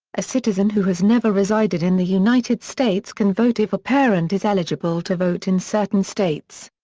a citizen who has never resided in the united states can vote if a parent is eligible to vote in certain states.